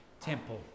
temple